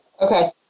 Okay